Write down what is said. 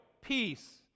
peace